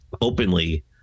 openly